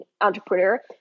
entrepreneur